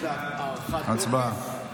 הצבעה.